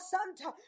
Santa